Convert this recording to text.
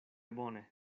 bone